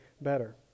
better